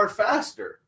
faster